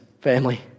family